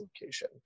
location